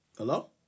Hello